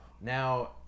Now